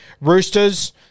Roosters